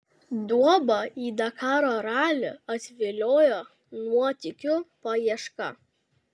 duobą į dakaro ralį atviliojo nuotykių paieška